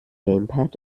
gamepad